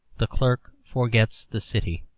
the clerk forgets the city,